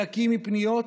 נקי מפניות.